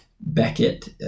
Beckett